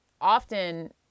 often